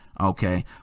Okay